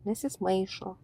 nes jis maišo